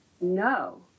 No